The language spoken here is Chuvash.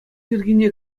йӗркине